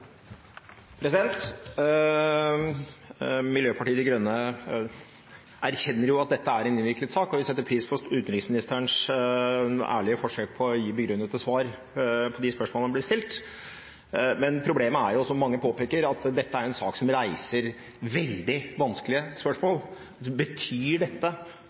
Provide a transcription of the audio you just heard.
en innviklet sak, og vi setter pris på utenriksministerens ærlige forsøk på å gi begrunnede svar på de spørsmålene som blir stilt, men problemet er jo, som mange påpeker, at dette er en sak som reiser veldig vanskelige spørsmål. Betyr dette